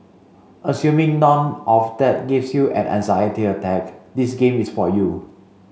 assuming none of that gives you an anxiety attack this game is for you